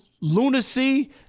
lunacy